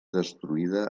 destruïda